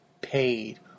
paid